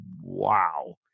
wow